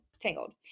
Tangled